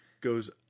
goes